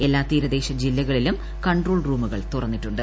എല്ലാ തീരദേശ ജില്ലകളിലും കൺട്രോൾ റൂമുകൾ തുറന്നിട്ടുണ്ട്